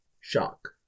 Shock